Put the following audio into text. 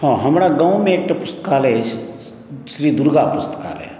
हँ हमर गाँवमे एकटा पुस्तकालय अछि श्री दुर्गा पुस्तकालय